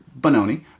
Bononi